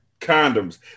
Condoms